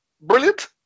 Brilliant